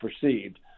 perceived